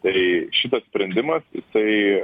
tai šitas sprendimas jisai